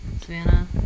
Savannah